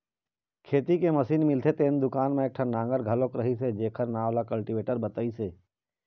खेती के मसीन मिलथे तेन दुकान म एकठन नांगर घलोक रहिस हे जेखर नांव ल कल्टीवेटर बतइस हे